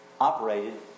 operated